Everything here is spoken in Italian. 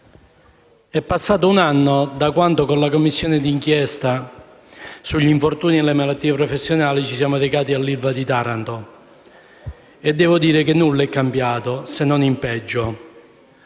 è passato un anno da quando, con la Commissione di inchiesta sugli infortuni e sulle malattie professionali, ci siamo recati all'ILVA di Taranto. Devo dire che nulla è cambiato, se non in peggio.